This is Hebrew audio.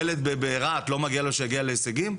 ילד ברהט לא מגיע לו שיגיע להישגים?